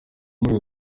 muri